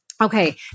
okay